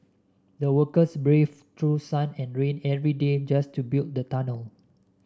the workers braved through sun and rain every day just to build the tunnel